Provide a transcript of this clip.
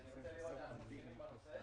אני רוצה לראות שאנחנו מסכימים על נושא.